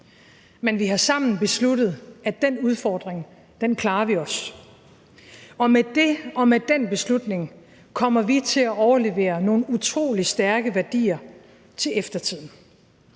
Men vi har sammen besluttet, at den udfordring klarer vi også. Og med dét, med den beslutning, kommer vi til at overlevere nogle utrolig stærke værdier til eftertiden.